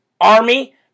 Army